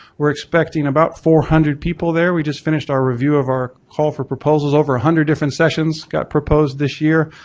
we're expecting about four hundred people there, we just finished our review of our call for proposals, over one hundred different sessions got proposed this year.